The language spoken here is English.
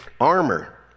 armor